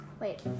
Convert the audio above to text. Wait